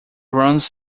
runs